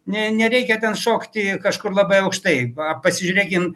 nė nereikia ten šokti kažkur labai aukštai va pasižiūrėkim